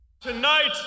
Tonight